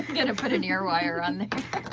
gonna put an ear wire on it.